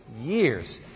years